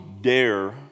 dare